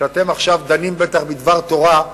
ואתם בטח דנים עכשיו בדבר תורה,